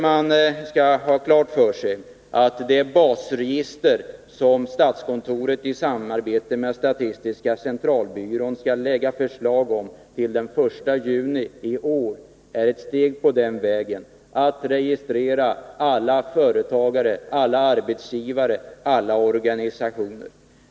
Man bör ha klart för sig att det basregister som statskontoret i samarbete med statistiska centralbyrån skall lägga fram förslag om till den 1 juni i år, är ett steg mot att registrera alla företagare, arbetsgivare och organisationer.